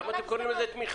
למה אתם קוראים לזה תמיכה?